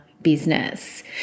business